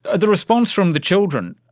ah the response from the children,